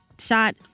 shot